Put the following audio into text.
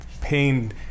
pain